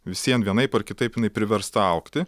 vis vien vienaip ar kitaip jinai priversta augti